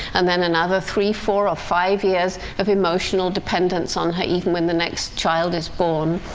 and then another three, four or five years of emotional dependence on her, even when the next child is born.